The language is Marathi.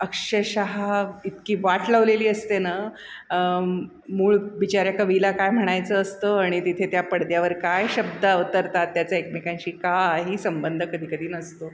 अक्षरशः इतकी वाट लावलेली असते ना मूळ बिचाऱ्या कवीला काय म्हणायचं असतं आणि तिथे त्या पडद्यावर काय शब्द अवतरतात त्याचा एकमेकांची काही संबंध कधी कधी नसतो